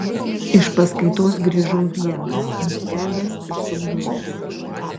iš paskaitos grįžau vienas nustebęs ir suglumęs